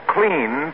Clean